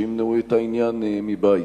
שימנעו את העניין מבית.